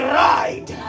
ride